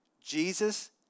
Jesus